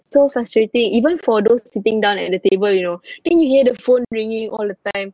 so frustrating even for those sitting down at the table you know then you hear the phone ringing all the time